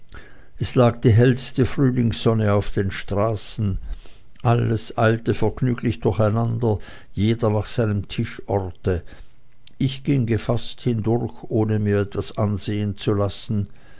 es lag die hellste frühlingssonne auf den straßen alles eilte vergnüglich durcheinander jeder nach seinem tischorte ich ging gefaßt hindurch ohne mir etwas ansehen zu lassen